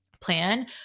plan